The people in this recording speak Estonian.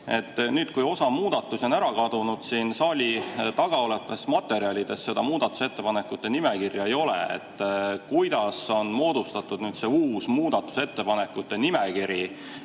Nüüd, kui osa muudatusi on ära kadunud, saali taga olevates materjalides seda muudatusettepanekute nimekirja ei ole, siis kuidas on moodustatud see uus muudatusettepanekute nimekiri?